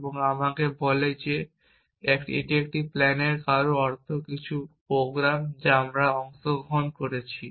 এবং কেউ আমাকে বলে যে এটি একটি প্ল্যান কারোর অর্থ হল কিছু প্রোগ্রাম যা আমি অংশগ্রহণ করেছি